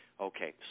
Okay